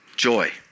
joy